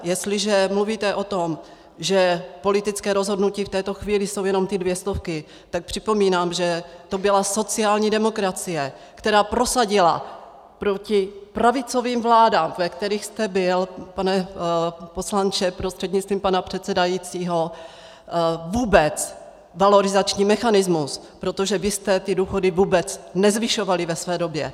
Jestliže mluvíte o tom, že politické rozhodnutí v této chvíli jsou jenom ty dvě stovky, tak připomínám, že to byla sociální demokracie, která prosadila proti pravicovým vládám, ve kterých jste byl, pane poslanče prostřednictvím pana předsedajícího, vůbec valorizační mechanismus, protože vy jste ty důchody vůbec nezvyšovali ve své době.